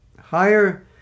Higher